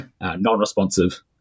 non-responsive